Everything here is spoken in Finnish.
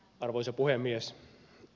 arvoisa puhemies